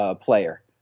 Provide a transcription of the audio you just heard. player